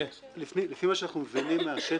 לפי מה שאנחנו מבינים מהשטח,